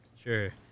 Sure